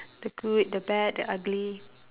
the good the bad the ugly